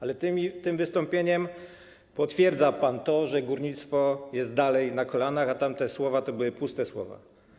Ale tym wystąpieniem potwierdza pan to, że górnictwo jest dalej na kolanach, a tamte słowa to były puste słowa.